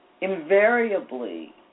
invariably